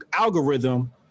algorithm